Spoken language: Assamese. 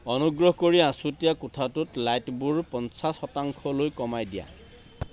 অনুগ্ৰহ কৰি আছুতীয়া কোঠাটোত লাইটবোৰ পঞ্চাছ শতাংশলৈ কমাই দিয়া